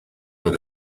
with